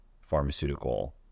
pharmaceutical